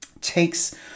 takes